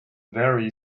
vary